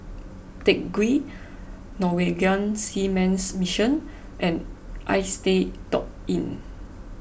Teck Ghee Norwegian Seamen's Mission and Istay dot Inn